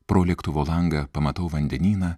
pro lėktuvo langą pamatau vandenyną